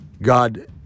God